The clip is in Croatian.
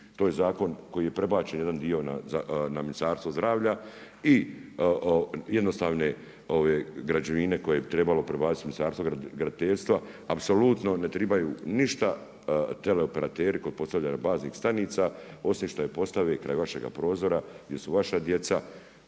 To je zakon koji je prebačen jedan dio na Ministarstvo zdravlja i jednostavne građevine koje bi trebalo prebaciti na Ministarstvo graditeljstva apsolutno ne tribaju ništa teleoperateri kod postavljanja baznih stanica osim što je postave kod vašega prozora gdje su vaša djeca